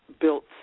built